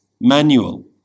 manual